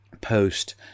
post